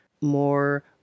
more